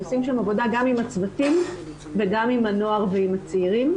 עושים שם עבודה גם עם הצוותים וגם עם הנוער ועם צעירים.